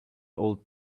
old